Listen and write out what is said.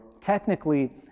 technically